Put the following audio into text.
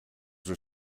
were